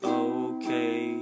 okay